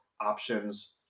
options